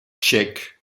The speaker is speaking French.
tchèque